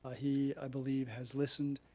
he, i believe, has listened.